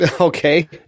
Okay